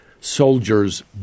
soldiers